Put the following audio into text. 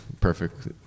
perfect